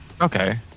Okay